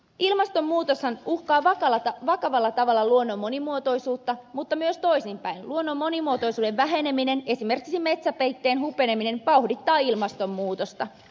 ilmastonmuutoshan uhkaa vakavalla tavalla luonnon monimuotoisuutta mutta myös toisinpäin luonnon monimuotoisuuden väheneminen esimerkiksi metsäpeitteen hupeneminen vauhdittaa ilmastonmuutosta